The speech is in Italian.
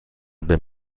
ben